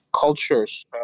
cultures